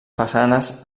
façanes